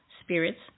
spirits